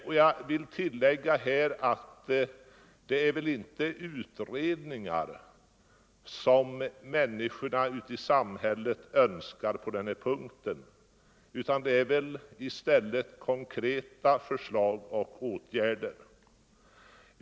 Jag vill tillägga att det väl inte är utredningar som människorna i samhället önskar på den här punkten, utan det är i stället konkreta förslag och åtgärder.